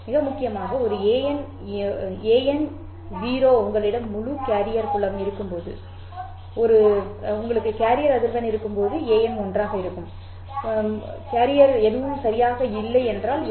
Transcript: மிக முக்கியமாக ஒரு an 0 உங்களிடம் முழு கேரியர் புலம் இருக்கும்போது ஒரு an 1 உங்களுக்கு கேரியர் அதிர்வெண் இருக்கும்போது ஒரு an 0 போது உங்களுக்கு எதுவும் சரியாக இருக்காது